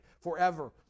forever